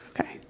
Okay